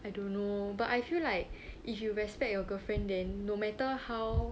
I don't know but I feel like if you respect your girlfriend then no matter how